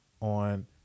on